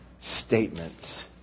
statements